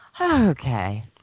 okay